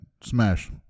smash